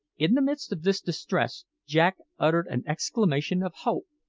in the midst of this distress jack uttered an exclamation of hope,